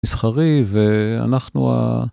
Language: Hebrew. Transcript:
מסחרי ואנחנו.